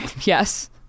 Yes